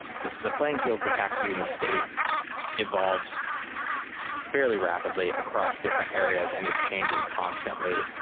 the the playing field for taxes in the state evolves fairly rapidly across different areas and is changing constantly.